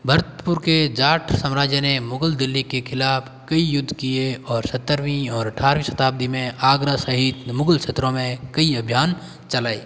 भरतपुर के जाट साम्राज्य ने मुगल दिल्ली के खिलाफ कई युद्ध किए और सत्तरवीं और अठारवीं शताब्दी में आगरा सहित मुगल क्षेत्रों में कई अभियान चलाए